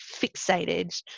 fixated